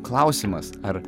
klausimas ar